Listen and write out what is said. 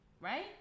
right